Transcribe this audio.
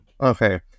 Okay